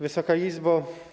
Wysoka Izbo!